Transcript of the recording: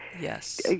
Yes